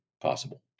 possible